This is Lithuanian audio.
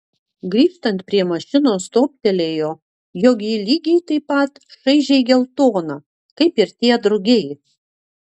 grįžtant prie mašinos toptelėjo jog ji lygiai taip pat šaižiai geltona kaip ir tie drugiai